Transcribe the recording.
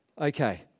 okay